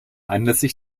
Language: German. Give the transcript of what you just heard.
anlässlich